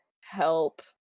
help